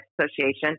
Association